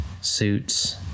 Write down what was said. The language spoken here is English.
Suits